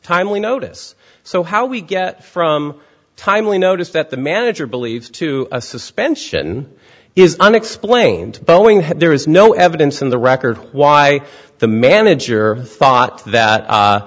timely notice so how we get from timely notice that the manager believes to a suspension is unexplained bowing there is no evidence in the record why the manager thought that